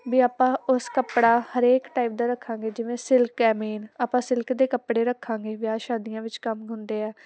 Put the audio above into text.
ਵੀ ਆਪਾਂ ਉਸ ਕੱਪੜਾ ਹਰੇਕ ਟਾਈਪ ਦਾ ਰੱਖਾਂਗੇ ਜਿਵੇਂ ਸਿਲਕੈ ਐ ਮੇਨ ਆਪਾਂ ਸਿਲਕ ਦੇ ਕੱਪੜੇ ਰੱਖਾਂਗੇ ਵਿਆਹ ਸ਼ਾਦੀਆਂ ਵਿੱਚ ਕੰਮ ਹੁੰਦੇ ਆ